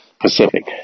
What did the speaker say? Pacific